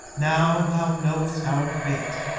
now thou knowest our fate,